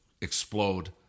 explode